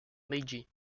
meiji